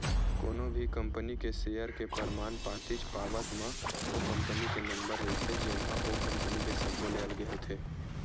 कोनो भी कंपनी के सेयर के परमान पातीच पावत म ओ कंपनी के नंबर रहिथे जेनहा ओ कंपनी के सब्बो ले अलगे होथे